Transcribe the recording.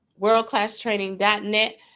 Worldclasstraining.net